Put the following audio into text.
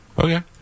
Okay